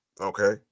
Okay